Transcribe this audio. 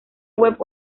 web